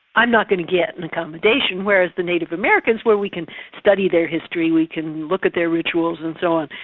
i'm not going to get an accommodation. whereas the native americans, where we can study their history, we can look at their rituals and so on,